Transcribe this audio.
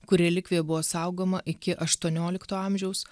kur relikvija buvo saugoma iki aštuoniolikto amžiaus